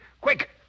quick